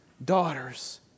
Daughters